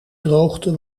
droogte